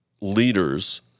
leaders